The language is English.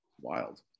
wild